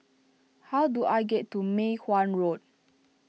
how do I get to Mei Hwan Road